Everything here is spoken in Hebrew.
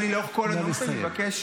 אהרוני נויבואר,